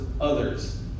others